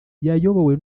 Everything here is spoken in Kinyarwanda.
yayobowe